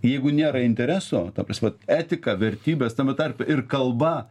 jeigu nėra intereso ta prasme etika vertybės tame tarpe ir kalba